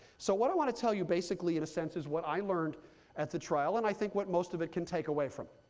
so what i want to tell you, basically in a sense, is what i learned at the trial, and i think what most of it can take away from